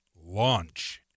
launch